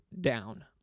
down